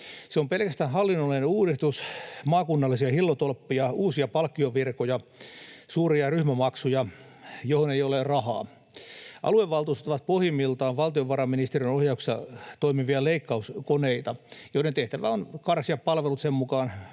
Se on pelkästään hallinnollinen uudistus: maakunnallisia hillotolppia, uusia palkkiovirkoja, suuria ryhmämaksuja, joihin ei ole rahaa. Aluevaltuustot ovat pohjimmiltaan valtiovarainministeriön ohjauksessa toimivia leikkauskoneita, joiden tehtävä on karsia palvelut sen mukaan,